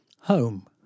Home